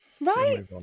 Right